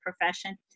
profession